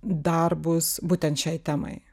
darbus būtent šiai temai